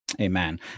Amen